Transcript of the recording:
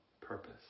purpose